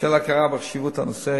ההכרה בחשיבות הנושא,